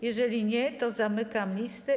Jeżeli nie, zamykam listę.